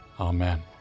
Amen